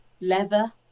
leather